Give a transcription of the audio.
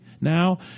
now